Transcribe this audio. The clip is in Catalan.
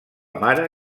mare